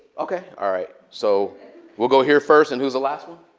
ok, all right. so we'll go here first. and who's the last one?